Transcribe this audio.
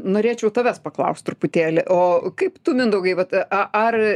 norėčiau tavęs paklaust truputėlį o kaip tu mindaugai vat a ar